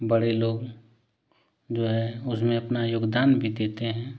बड़े लोग जो हैं उसमें अपना योगदान भी देते हैं